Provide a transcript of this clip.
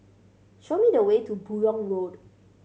show me the way to Buyong Road